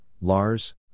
Lars